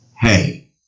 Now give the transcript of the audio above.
hey